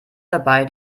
dabei